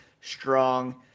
strong